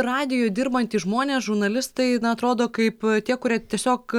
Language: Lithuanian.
radijuj dirbantys žmonės žurnalistai atrodo kaip tie kurie tiesiog